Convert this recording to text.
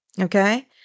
Okay